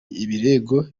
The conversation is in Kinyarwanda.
ibirego